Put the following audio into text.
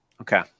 Okay